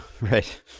right